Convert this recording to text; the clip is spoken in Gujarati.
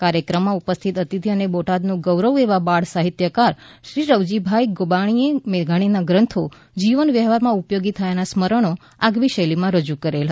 કાર્યક્રમમાં ઉપસ્થિત અતિથિ અને બોટાદનું ગૌરવ એવાબાળ સાહિત્યકાર શ્રી રવજીભાઈ ગાબાણીએ મેઘાણીના ગ્રંથો જીવન વ્યવહારમાં ઉપયોગી થયાના સ્મરણો આગવી શૈલીમાં રજૂ કરેલ